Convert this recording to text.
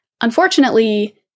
Unfortunately